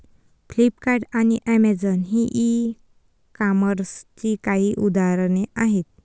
Flipkart आणि Amazon ही e कॉमर्सची काही उदाहरणे आहे